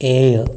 ഏഴ്